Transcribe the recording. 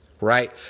Right